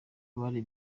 bari